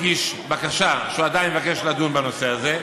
הגיש בקשה שהוא עדיין מבקש לדון בנושא הזה.